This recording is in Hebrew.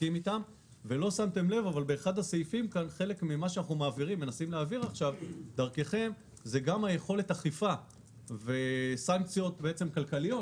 חלק ממה שאנחנו מנסים להעביר עכשיו זה גם יכולת אכיפה וסנקציות כלכליות,